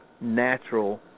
natural